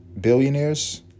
billionaires